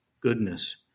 goodness